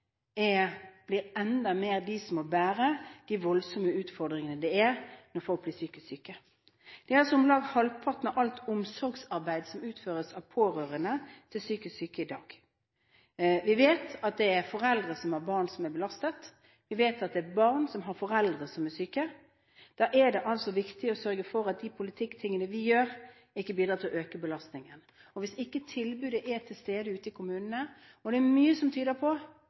mer enn før, må bære de voldsomme utfordringene det er når folk blir psykisk syke. Om lag halvparten av alt omsorgsarbeid for psykisk syke utføres i dag av pårørende. Vi vet at det er foreldre som har barn som er belastet. Vi vet at det er barn som har foreldre som er syke. Da er det viktig å sørge for at de politikktingene vi gjør, ikke bidrar til å øke belastningen. Og hvis ikke tilbudet er til stede ute i kommunene – og det er mye som tyder på,